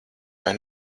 vai